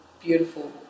beautiful